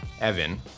Evan